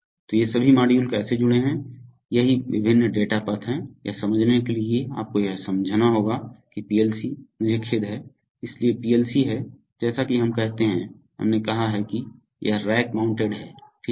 तो ये सभी मॉड्यूल कैसे जुड़े हैं यही विभिन्न डेटा पथ है यह समझने के लिए आपको यह समझना होगा कि पीएलसी मुझे खेद है इसलिए पीएलसी है जैसा कि हम कहते हैं हमने कहा है कि यह रैक माउंटेड है ठीक है